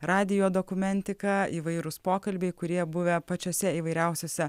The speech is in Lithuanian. radijo dokumentika įvairūs pokalbiai kurie buvę pačiose įvairiausiose